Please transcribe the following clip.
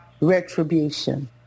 retribution